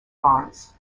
bonds